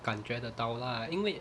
感觉得到 lah 因为